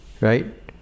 right